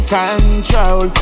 control